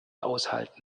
aushalten